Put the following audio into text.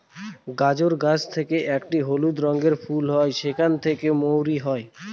গাজর গাছ থেকে একটি হলুদ রঙের ফুল ধরে সেখান থেকে মৌরি হয়